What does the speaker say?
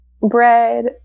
bread